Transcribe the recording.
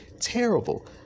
Terrible